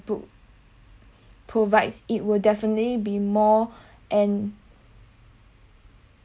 book provides it will definitely be more and